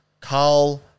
Carl